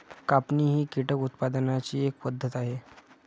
कापणी ही कीटक उत्पादनाची एक पद्धत आहे